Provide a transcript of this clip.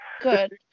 good